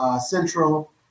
central